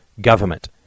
government